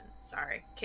Sorry